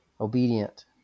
obedient